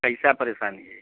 कैसा परेशानी है